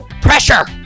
Pressure